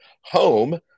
home